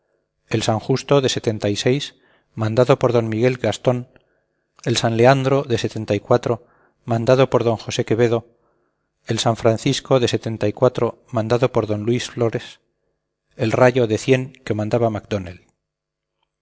el san justo de mandado por d miguel gastón el san leandro de mandado por d josé quevedo el san francisco de mandado por d luis flores el rayo de que mandaba macdonell